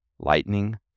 lightning